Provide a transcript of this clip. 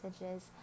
messages